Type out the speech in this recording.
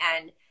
and-